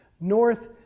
north